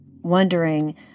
wondering